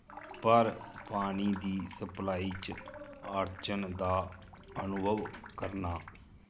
पर पानी दी सप्लाई च अड़चन दा अनुभव करनां